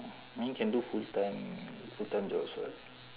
mean can do full time full time jobs [what]